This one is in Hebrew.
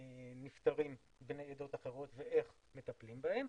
לנפטרים בני עדות אחרות ואיך מטפלים בהם,